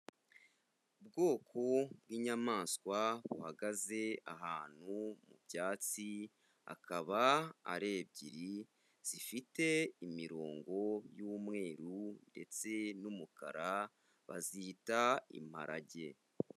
Ubwoko bw'inyamaswa buhagaze ahantu mu byatsi, akaba ari ebyiri zifite imirongo y'umweruru ndetse n'umukara, bazita imparage.